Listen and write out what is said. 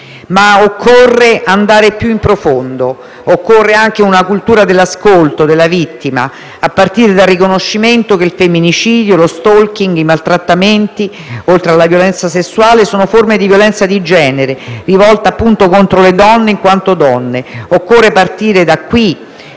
Occorre però andare più in profondità, occorre anche una cultura dell'ascolto della vittima, a partire dal riconoscimento che il femminicidio, lo *stalking* e i maltrattamenti, oltre alla violenza sessuale, sono forme di violenza di genere, rivolta - appunto - contro le donne in quanto donne. Occorre partire da qui,